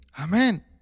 amen